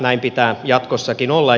näin pitää jatkossakin olla